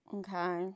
okay